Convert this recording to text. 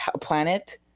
planet